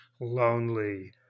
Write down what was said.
lonely